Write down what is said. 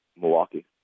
Milwaukee